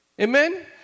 Amen